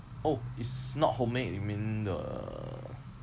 oh it's not homemade you mean the